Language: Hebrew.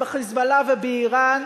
ב"חיזבאללה" ובאירן,